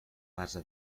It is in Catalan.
base